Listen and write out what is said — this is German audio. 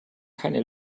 keine